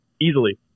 Easily